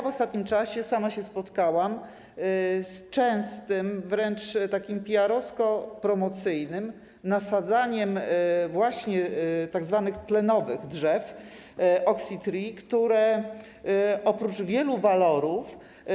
W ostatnim czasie sama się spotkałam z częstym, wręcz takim piarowsko-promocyjnym, nasadzaniem właśnie tzw. tlenowych drzew, oxytree, które mają wiele walorów.